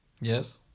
yes